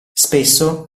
spesso